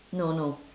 no no